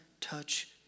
touch